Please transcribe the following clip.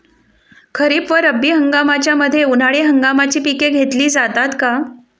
खरीप व रब्बी हंगामाच्या मध्ये उन्हाळी हंगामाची पिके घेतली जातात का?